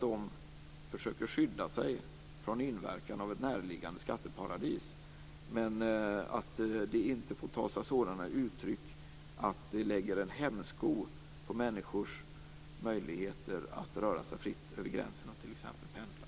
De försöker skydda sig från inverkan av ett närliggande skatteparadis, men det får inte ta sig sådana uttryck att det lägger en hämsko på människors möjligheter att röra sig fritt över gränserna, t.ex. pendla.